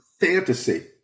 fantasy